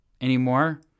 anymore